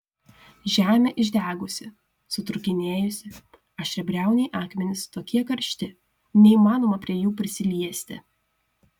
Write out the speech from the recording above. žemė išdegusi sutrūkinėjusi aštriabriauniai akmenys tokie karšti neįmanoma prie jų prisiliesti